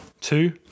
Two